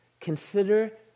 Consider